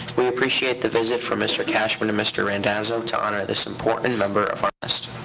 we appreciate the visit from mr. cashman and mr. rendazzo to honor this important member of our.